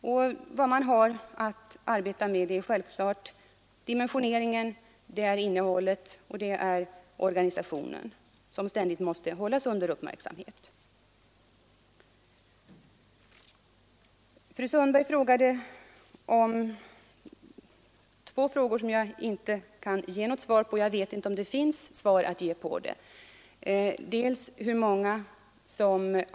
Vad man då har att arbeta med är givetvis dimensioneringen, innehållet och organisationen, som ständigt måste hållas under uppmärksamhet. Fru Sundberg har här ställt två frågor som jag inte kan ge något svar på, och jag vet inte om det över huvud taget finns några svar att ge.